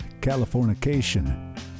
Californication